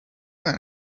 that